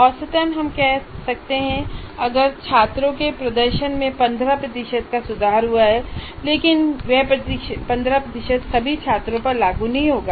औसतन हम कह सकते हैं कि अगर छात्रों के प्रदर्शन में 15 प्रतिशत का सुधार हुआ है लेकिन वह 15 प्रतिशत सभी छात्रों पर लागू नहीं होगा